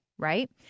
Right